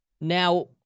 now